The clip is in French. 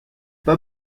pas